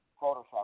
Photoshop